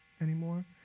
anymore